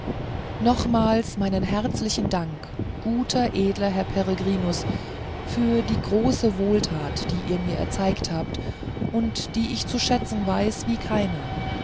nochmals meinen herzlichen dank guter edler herr peregrinus für die große wohltat die ihr mir erzeigt habt und die ich zu schätzen weiß wie keiner